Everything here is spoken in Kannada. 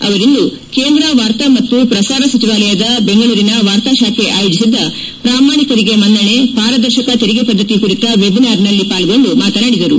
ಅವರಿಂದು ಕೇಂದ್ರ ವಾರ್ತಾ ಮತ್ತು ಪ್ರಸಾರ ಸಚಿವಾಲಯದ ಬೆಂಗಳೂರಿನ ವಾರ್ತಾ ಶಾಖೆ ಆಯೋಜಿಸಿದ್ದ ಪ್ರಾಮಾಣಿಕರಿಗೆ ಮನ್ನಣೆ ಪಾರದರ್ಶಕ ತೆರಿಗೆ ಪದ್ದತಿ ಕುರಿತ ವೆಬಿನಾರ್ನಲ್ಲಿ ಪಾಲ್ಗೊಂಡು ಮಾತನಾಡಿದರು